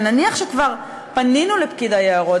ונניח שכבר פנינו לפקיד היערות,